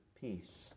peace